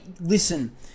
listen